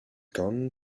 gone